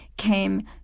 Came